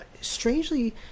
strangely